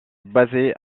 basé